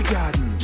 Garden